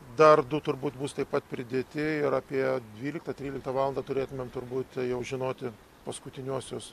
dar du turbūt bus taip pat pridėti ir apie dvyliktą tryliktą valandą turėtumėm turbūt jau žinoti paskutiniuosius